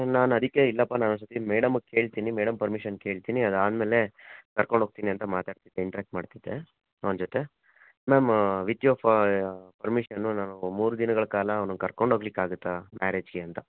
ನಾನು ಅದಕ್ಕೆ ಇಲ್ಲಪ್ಪ ನಾನು ಒಂದ್ಸರ್ತಿ ಮೇಡಮ್ಮಗೆ ಕೇಳ್ತೀನಿ ಮೇಡಮ್ ಪರ್ಮಿಷನ್ ಕೇಳ್ತೀನಿ ಅದಾದ ಮೇಲೆ ಕರ್ಕೊಂಡು ಹೋಗ್ತಿನಿ ಅಂತ ಮಾತಾಡ್ತಿದ್ದೆ ಇಂಟ್ರ್ಯಾಕ್ಟ್ ಮಾಡ್ತಿದ್ದೆ ಅವ್ನ ಜೊತೆ ಮ್ಯಾಮ್ ವಿತ್ ಯುವರ್ ಫ ಪರ್ಮಿಷನ್ನು ನಾವು ಮೂರು ದಿನಗಳ ಕಾಲ ಅವ್ನನ್ನು ಕರ್ಕೊಂಡು ಹೋಗ್ಲಿಕ್ ಆಗುತ್ತಾ ಮ್ಯಾರೇಜ್ಗೆ ಅಂತ